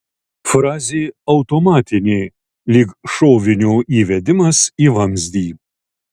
frazė automatinė lyg šovinio įvedimas į vamzdį